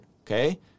Okay